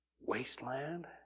wasteland